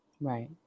Right